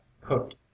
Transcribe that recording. cooked